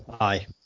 Aye